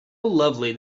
lovely